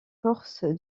corse